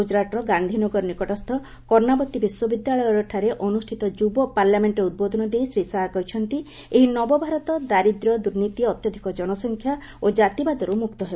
ଗୁଜରାଟର ଗାନ୍ଧିନଗର ନିକଟସ୍ଥ କର୍ଷାବତୀ ବିଶ୍ୱବିଦ୍ୟାୟଠାରେ ଅନୁଷ୍ଠିତ ଯୁବ ପାର୍ଲାମେଣ୍ଟରେ ଉଦ୍ବୋଧନ ଦେଇ ଶ୍ରୀ ଶାହା କହିଛନ୍ତି ଏହି ନବଭାରତ ଦାରିଦ୍ର୍ୟ ଦୁର୍ନୀତି ଅତ୍ୟଧିକ ଜନସଂଖ୍ୟା ଓ କାତିବାଦରୁ ମୁକ୍ତ ହେବ